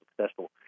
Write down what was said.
successful